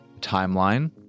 timeline